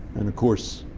and of course,